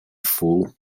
full